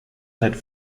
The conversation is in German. seit